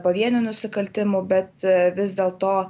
pavienių nusikaltimų bet vis dėlto